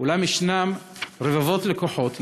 אולם יש רבבות לקוחות,